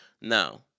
Now